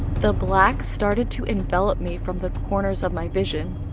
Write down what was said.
the black started to envelop me from the corners of my vision.